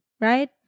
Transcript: right